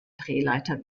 drehleiter